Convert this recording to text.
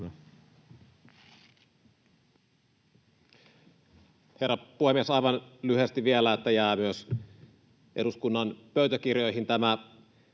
kiitos